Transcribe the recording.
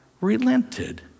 relented